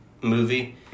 movie